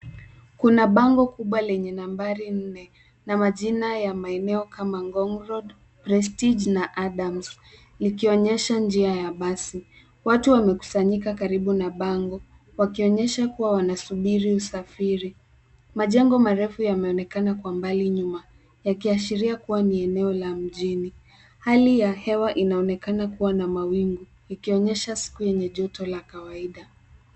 Kuna bango kubwa lenye nambari nne, na majina ya maeneo kama Ngong Road, Prestige na Adams' likionyesha njia ya basi. Watu wamekusanyika karibu na bango, wakionyesha kuwa wanasubiri usafiri. Majengo marefu yameonekana kwa mbali nyuma, yakiashiria kuwa ni eneo la mjini. Hali ya hewa inaonekana kuwa na mawingu, ikionyesha siku yenye joto la kawaida.